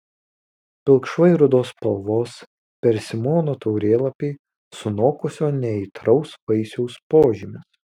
pilkšvai rudos spalvos persimono taurėlapiai sunokusio neaitraus vaisiaus požymis